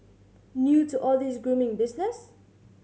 new to all this grooming business